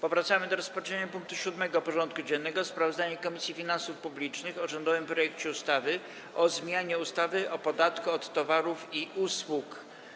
Powracamy do rozpatrzenia punktu 7. porządku dziennego: Sprawozdanie Komisji Finansów Publicznych o rządowym projekcie ustawy o zmianie ustawy o podatku od towarów i usług.